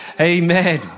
Amen